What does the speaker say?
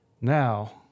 Now